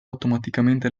automaticamente